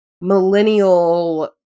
millennial